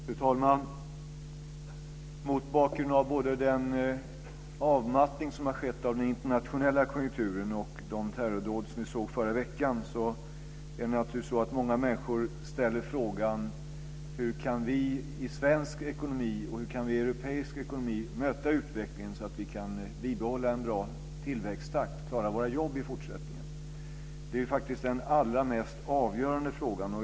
Fru talman! Mot bakgrund av både den avmattning som har skett av den internationella konjunkturen och de terrordåd som vi såg i förra veckan är det naturligtvis så att många människor ställer frågan: Hur kan vi i svensk ekonomi och europeisk ekonomi möta utvecklingen så att vi kan behålla en bra tillväxttakt och klara våra jobb i fortsättningen? Det är faktiskt den allra mest avgörande frågan.